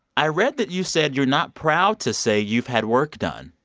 i read that you said you're not proud to say you've had work done.